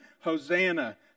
Hosanna